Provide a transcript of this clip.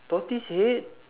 tortoise head